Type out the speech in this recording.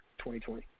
2020